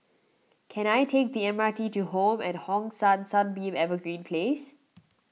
can I take the M R T to Home at Hong San Sunbeam Evergreen Place